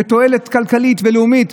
לתועלת כלכלית ולאומית,